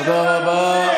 תודה רבה.